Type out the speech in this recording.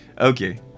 okay